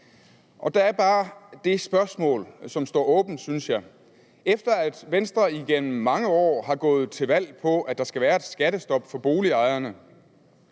Og der er bare et spørgsmål, som jeg synes står åbent. Efter at Venstre i mange år er gået til valg på, at der skal være et skattestop for boligejerne,